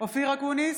אופיר אקוניס,